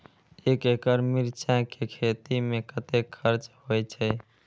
एक एकड़ मिरचाय के खेती में कतेक खर्च होय छै?